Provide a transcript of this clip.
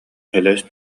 элэс